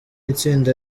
itsinda